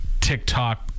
TikTok